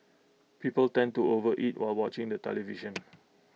people tend to overeat while watching the television